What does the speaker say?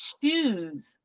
choose